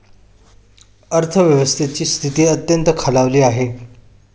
अर्थव्यवस्थेची स्थिती अत्यंत खालावली आहे